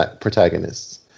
protagonists